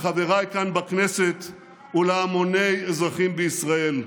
לחבריי כאן בכנסת ולהמוני אזרחים בישראל,